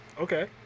Okay